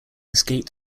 escaped